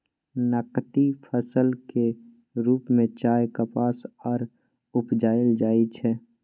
नकदी फसल के रूप में चाय, कपास आर उपजाएल जाइ छै